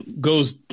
goes